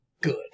good